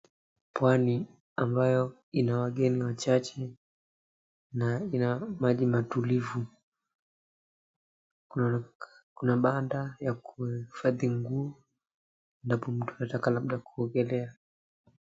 Pwani ambayo ina wageni wachache na ina maji matulivu. Kuna banda ya kuhifadhi nguo, na mtu anataka labda kuogelea.